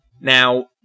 Now